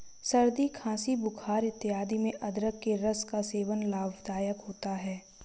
सर्दी खांसी बुखार इत्यादि में अदरक के रस का सेवन लाभदायक होता है